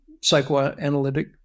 psychoanalytic